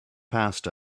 passed